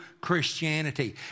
Christianity